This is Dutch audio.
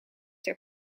ter